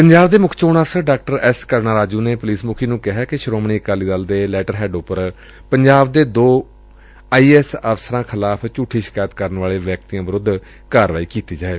ਪੰਜਾਬ ਦੇ ਮੁੱਖ ਚੋਣ ਅਫ਼ਸਰ ਡਾ ਐਸ ਕਰੁਣਾ ਰਾਜੂ ਨੇ ਪੁਲਿਸ ਮੁਖੀ ਨੂੰ ਕਿਹੈ ਕਿ ਸ੍ਹੋਮਣੀ ਅਕਾਲੀ ਦਲ ਦੇ ਲੈਟਰਹੈਂਡ ਉਂਤੇ ਪੰਜਾਬ ਦੇ ਦੋ ਆਈਏਐਂਸ ਅਫ਼ਸਰਾਂ ਖਿਲਾਫ਼ ਝੂਠੀ ਸ਼ਿਕਾਇਤ ਕਰਨ ਵਾਲੇ ਵਿਅਕਤੀਆ ਖਿਲਾਫ਼ ਕਾਰਵਾਈ ਕੀਤੀ ਜਾਵੇ